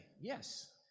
Yes